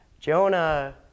Jonah